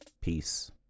Peace